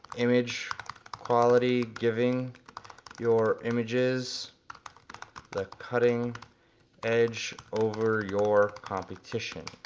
image quality giving your images the cutting edge over your competition,